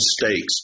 mistakes